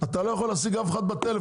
אתה לא יכול להשיג אף אחד בטלפון.